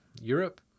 Europe